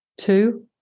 Two